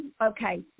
Okay